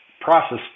process